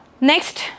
Next